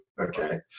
Okay